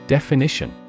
Definition